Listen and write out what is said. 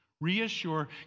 reassure